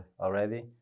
already